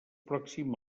pròxim